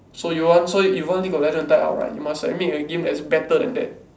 so you want you one day got league-of-legends die out right you must make a game that is better than that